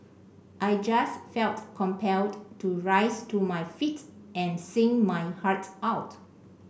I just felt compelled to rise to my feet and sing my heart out